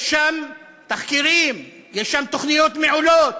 יש שם תחקירים, יש שם תוכניות מעולות,